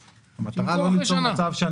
לכן אני טוען שפה ------ אני חושב ששם אתה מקשה,